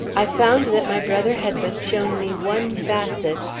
i found that my brother had but shown me one facet,